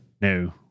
No